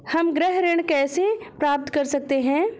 हम गृह ऋण कैसे प्राप्त कर सकते हैं?